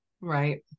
right